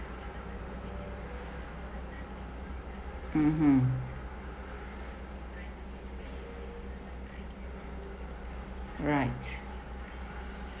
mmhmm right